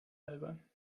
albern